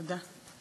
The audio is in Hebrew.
תודה.